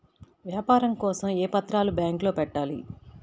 వ్యాపారం కోసం ఏ పత్రాలు బ్యాంక్లో పెట్టాలి?